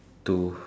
to